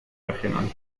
regional